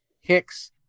hicks